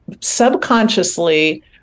subconsciously